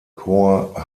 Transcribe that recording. corps